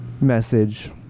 message